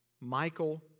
Michael